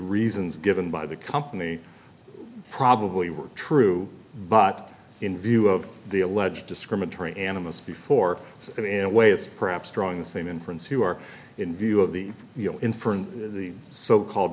reasons given by the company probably were true but in view of the alleged discriminatory animists before so in a way it's perhaps drawing the same inference who are in view of the inference the so called